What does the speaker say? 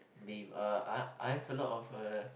meme uh I have a lot of err